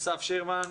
אסף שירמן,